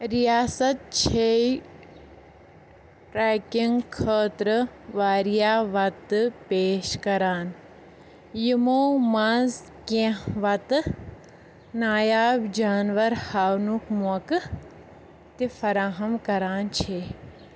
رِیاست چھیٚے ٹرٛیٚکِنٛگ خٲطرٕ واریاہ وَتہٕ پیش کَران یِمو منٛزٕ کیٚنٛہہ وَتہٕ نایاب جانوَر ہاونُک موقع تہِ فَراہم كران چھیٚے